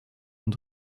und